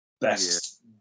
best